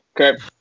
okay